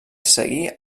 seguir